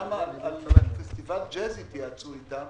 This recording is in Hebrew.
שם על פסטיבל ג'אז התייעצו אתם.